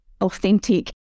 authentic